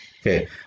Okay